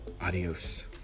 Adios